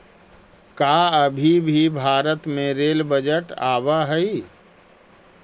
का अभी भी भारत में रेल बजट आवा हई